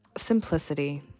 simplicity